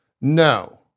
No